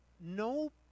no